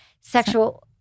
sexual